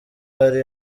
hari